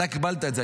אתה קיבלת את זה.